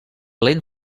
lent